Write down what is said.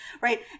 right